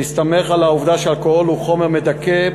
בהסתמך על העובדה שאלכוהול הוא חומר מדכא,